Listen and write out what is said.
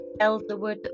Elderwood